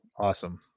Awesome